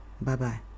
Bye-bye